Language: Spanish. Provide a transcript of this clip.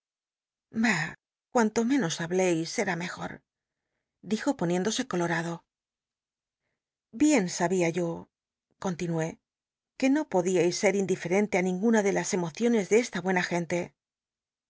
cuanto menos hableis será mejor dijo poniéndose colorado bien sabia yo continué que no podíais ser indifei'clllc a ninguna de las emociones de esta buena gen